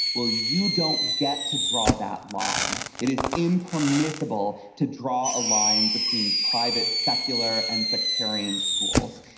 well, you don't get to draw that line. it is impermissible to draw a line between private, secular and sectarian schools.